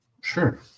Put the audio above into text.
sure